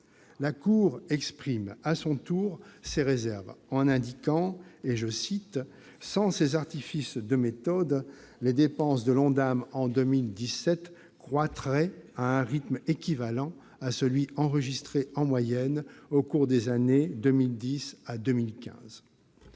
La Cour exprime à son tour ses réserves en indiquant :« Sans ces artifices de méthode, les dépenses de l'ONDAM en 2017 croîtraient à un rythme équivalent à celui enregistré en moyenne au cours des années 2010 à 2015.